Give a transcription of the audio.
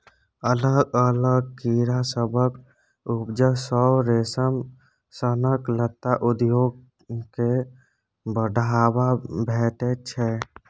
अलग अलग कीड़ा सभक उपजा सँ रेशम सनक लत्ता उद्योग केँ बढ़ाबा भेटैत छै